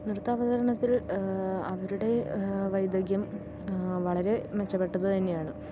നൃത്ത അവതരണത്തിൽ അവരുടെ വൈദക്ക്യം വളരെ മെച്ചപ്പെട്ടത് തന്നെയാണ്